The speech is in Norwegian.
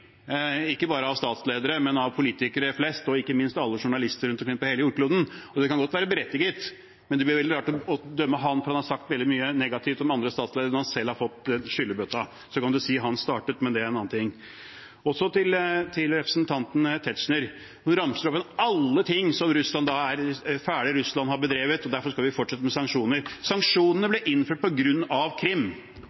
ikke bare av statsledere, men av politikere flest og ikke minst av alle journalister rundt omkring på hele jordkloden. Det kan godt være berettiget, men det blir veldig rart å dømme ham for at han har sagt veldig mye negativt om andre statsledere, når han selv har fått den skyllebøtta. Man kan si at han startet, men det er en annen ting. Så til representanten Tetzschner, som ramser opp alle de tingene som fæle Russland har bedrevet, slik at vi derfor skal fortsette med sanksjoner: Sanksjonene